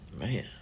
man